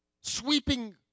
sweeping